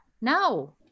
No